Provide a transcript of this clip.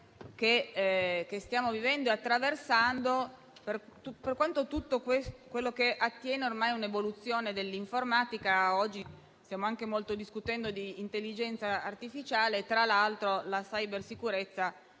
che stiamo vivendo e attraversando per tutto quello che attiene ormai all'evoluzione dell'informatica: oggi stiamo discutendo molto anche di intelligenza artificiale e, tra l'altro, la cybersicurezza